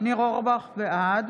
בעד